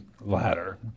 ladder